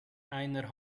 einer